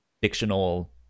fictional